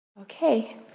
Okay